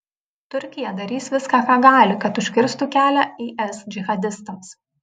turkija darys viską ką gali kad užkirstų kelią is džihadistams